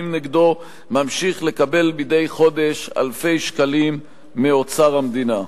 נגדו ממשיך לקבל מדי חודש אלפי שקלים מאוצר המדינה.